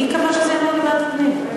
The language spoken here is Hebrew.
מי קבע שזה יעבור לוועדת הפנים?